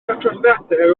adroddiadau